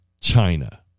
china